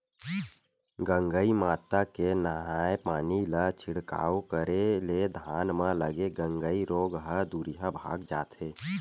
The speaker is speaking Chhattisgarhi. गंगई माता के नंहाय पानी ला छिड़काव करे ले धान म लगे गंगई रोग ह दूरिहा भगा जथे